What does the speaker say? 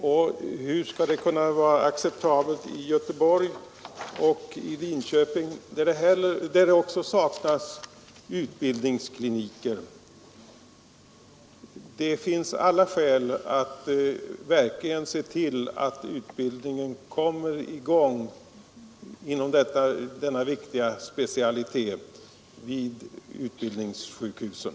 Och hur skall det kunna vara acceptabelt i Göteborg och i Linköping, där det också saknas utbildningskliniker? Det finns alla skäl att se till att utbildningen kommer i gång i denna viktiga specialitet vid undervisningssjukhusen.